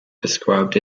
described